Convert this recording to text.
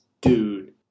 dude